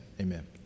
Amen